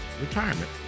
retirement